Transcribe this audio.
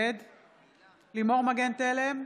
לימור מגן תלם,